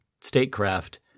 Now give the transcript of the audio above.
statecraft